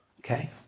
okay